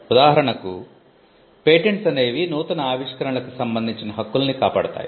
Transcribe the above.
ఉదాహరణకు పేటెంట్స్ అనేవి నూతన ఆవిష్కరణలకు సంబందించిన హక్కుల్ని కాపాడతాయి